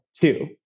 two